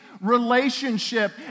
relationship